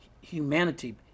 humanity